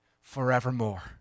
forevermore